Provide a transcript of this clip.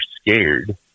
scared